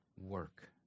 work